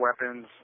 weapons